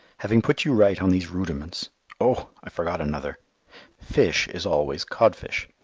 having put you right on these rudiments oh! i forgot another fish is always codfish.